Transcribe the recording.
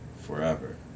forever